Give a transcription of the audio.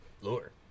lure